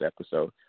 episode